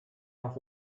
auch